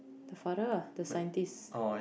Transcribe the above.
the father lah the scientist